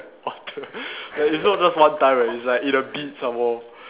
like it's not like one time leh it's like in a beat some more